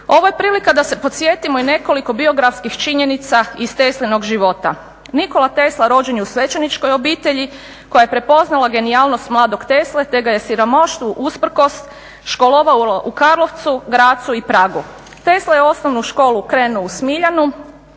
Ovo je prilika da se podsjetimo i nekoliko biografskih činjenica iz Teslinog života. Nikola Tesla rođen je u svećeničkoj obitelji koja je prepoznala genijalnost mladog Tesle te ga je siromaštvu usprkos školovala u Karlovcu, Grazu i Pragu. Tesla je osnovnu školu krenuo u Smiljanu,